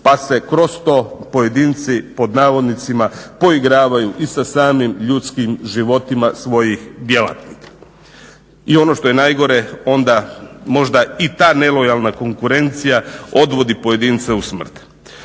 pa se kroz to pojedinci "poigravaju" i sa samim ljudskim životima svojih djelatnika. I ono što je najgore, onda možda i ta nelojalna konkurencija odvodi pojedince u smrt.